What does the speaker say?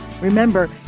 Remember